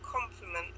compliment